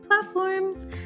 platforms